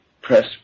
Press